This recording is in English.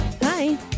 Hi